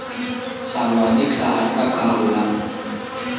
सामाजिक सहायता का होला?